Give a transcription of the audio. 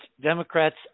Democrats